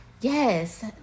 yes